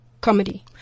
Comedy